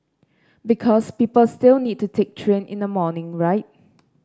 because people still need to take train in the morning right